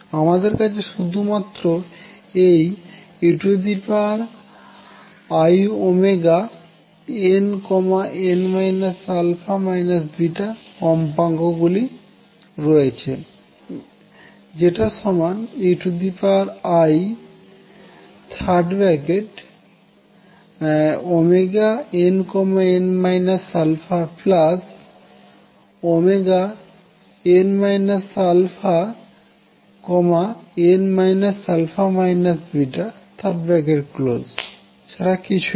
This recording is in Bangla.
আমাদের কাছে শুধুমাত্র এই einn α β কম্পাঙ্ক গুলি রয়েছে যেটা সমান einn αn αn α β ছাড়া কিছুইনা